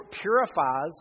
purifies